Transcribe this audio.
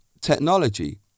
technology